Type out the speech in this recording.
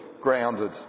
grounded